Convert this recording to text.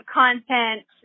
content